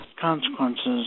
consequences